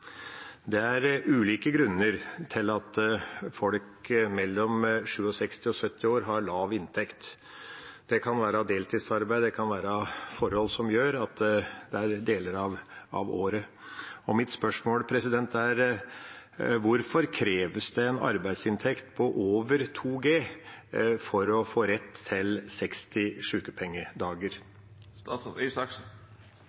Det er ulike grunner til at folk mellom 67 og 70 år har lav inntekt. Det kan være deltidsarbeid, det kan være forhold som at de arbeider deler av året. Mitt spørsmål er: Hvorfor kreves det en arbeidsinntekt på over 2G for å få rett til 60